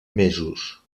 mesos